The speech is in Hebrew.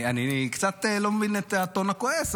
אני קצת לא מבין את הטון הכועס,